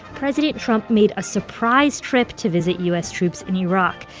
president trump made a surprise trip to visit u s. troops in iraq,